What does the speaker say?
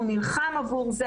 הוא נלחם עבור זה,